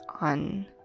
on